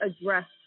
address